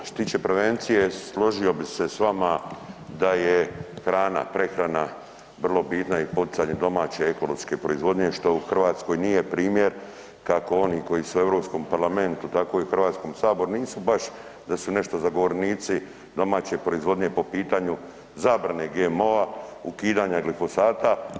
Što se tiče prevencije složio bih se s vama da je hrana, prehrana vrlo bitna i poticanje domaće ekološke proizvodnje što u Hrvatskoj nije primjer kako oni koji su u Europskom parlamentu, tako i u Hrvatskom saboru nisu baš da su nešto zagovornici domaće proizvodnje po pitanju zabrane GMO-a, ukidanja glifosata.